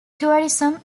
tourism